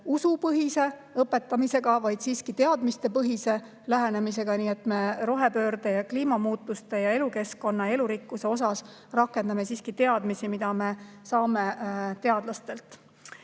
usupõhise õpetamisega, vaid siiski teadmistepõhise lähenemisega. Nii et rohepöörde, kliimamuutuste, elukeskkonna ja elurikkuse kohta me rakendame teadmisi, mida me saame teadlastelt.